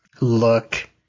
look